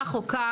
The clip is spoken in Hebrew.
כך או כך,